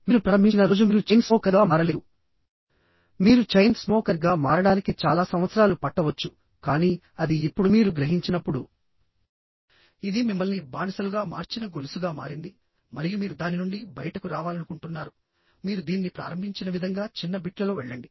మీరు ప్రారంభించిన రోజు మీరు చైన్ స్మోకర్గా మారలేదు మీరు చైన్ స్మోకర్గా మారడానికి చాలా సంవత్సరాలు పట్టవచ్చు కానీ అది ఇప్పుడు మీరు గ్రహించినప్పుడు ఇది మిమ్మల్ని బానిసలుగా మార్చిన గొలుసుగా మారింది మరియు మీరు దాని నుండి బయటకు రావాలనుకుంటున్నారు మీరు దీన్ని ప్రారంభించిన విధంగా చిన్న బిట్లలో వెళ్ళండి